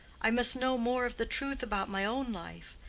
i must know more of the truth about my own life,